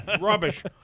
rubbish